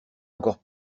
encore